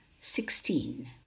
sixteen